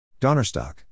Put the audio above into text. Donnerstock